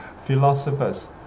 philosophers